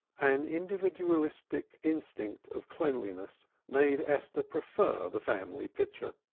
an individualistic instinct of cleanliness made esther prefer the family pitcher.